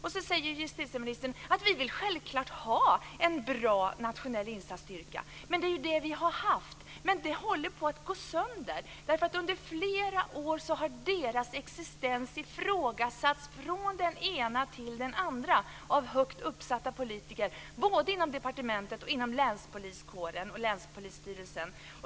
Justitieministern säger att man självklart vill ha en bra nationell insatsstyrka. Men det är ju det vi har haft! Den håller på att gå sönder därför att styrkans existens har ifrågasatts under flera år av högt uppsatta politiker både inom departementet och inom länspolisorganisationen och Länspolisstyrelsen.